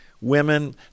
women